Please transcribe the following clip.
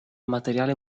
materiale